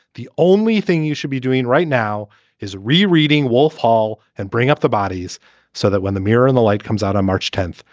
the only thing you should be doing right now is re-reading wolf hall and bring up the bodies so that when the mirror and the light comes out on march tenth,